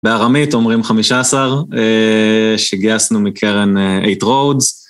בערמית אומרים חמישה עשר שגייסנו מקרן אייט רואודס.